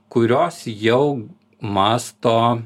kurios jau mąsto